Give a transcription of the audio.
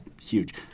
huge